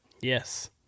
Yes